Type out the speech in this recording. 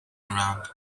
around